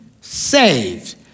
saved